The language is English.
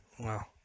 Wow